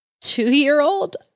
two-year-old